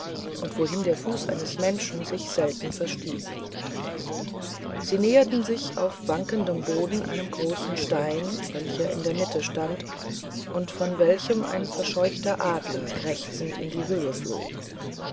und wohin der fuß eines menschen sich selten verstieg sie näherten sich auf wankendem boden einem großen stein welcher in der mitte stand und von welchem ein verscheuchter adler krächzend in die höhe flog